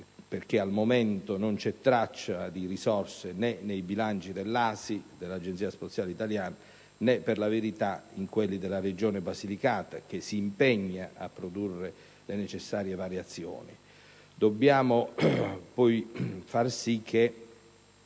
momento, infatti, non vi è traccia di risorse, né nei bilanci dell'Agenzia spaziale italiana, né, per la verità, in quelli della Regione Basilicata, che si impegna a produrre le necessarie variazioni. Dobbiamo poi scongiurare